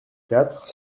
quatre